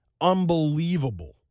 unbelievable